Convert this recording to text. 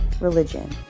religion